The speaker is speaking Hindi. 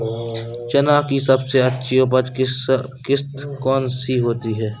चना की सबसे अच्छी उपज किश्त कौन सी होती है?